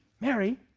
Mary